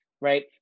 right